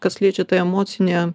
kas liečia tą emocinę